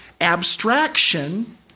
abstraction